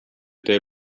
tee